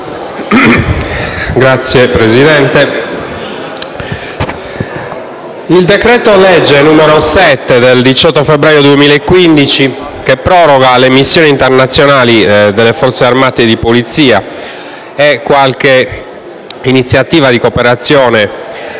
Signor Presidente, il decreto-legge n. 7 del 18 febbraio 2015, che proroga le missioni internazionali delle Forze armate e di polizia e qualche iniziativa di cooperazione allo